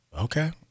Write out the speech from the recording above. Okay